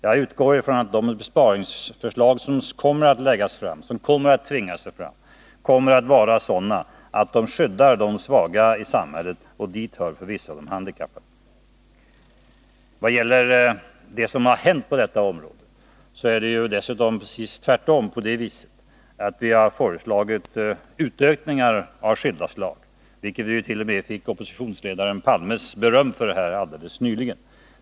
Jag utgår ifrån att de besparingsförslag som vi kommer att bli tvingade att lägga fram kommer att bli sådana att de skyddar de svaga i samhället, och dit hör förvisso de handikappade. Vad gäller det som har hänt på detta område är det dessutom precis tvärtom på det viset, att vi har föreslagit utökningar av skilda slag, vilket vi t.o.m. fick oppositionsledarens Palmes beröm för här alldeles nyligen.